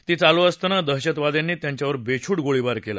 ती चालू असताना दहशतवाद्यांनी त्यांच्यावर बेछूट गोळीबार केला